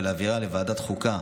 ולהעבירה לוועדת החוקה,